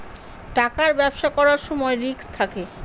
টাকার ব্যবসা করার সময় রিস্ক থাকে